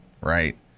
Right